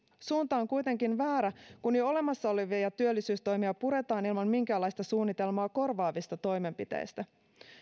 suunta on kuitenkin väärä kun jo olemassa olevia työllisyystoimia puretaan ilman minkäänlaista suunnitelmaa korvaavista toimenpiteistä